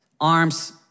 arms